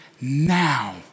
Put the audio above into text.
now